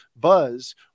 buzz